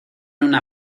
una